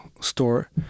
store